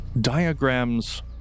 diagrams